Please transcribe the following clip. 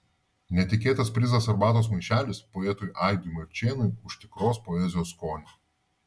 netikėtas prizas arbatos maišelis poetui aidui marčėnui už tikros poezijos skonį